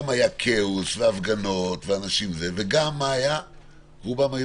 גם היה כאוס והפגנות, וגם רובם היו